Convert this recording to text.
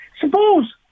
Suppose